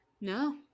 no